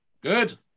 Good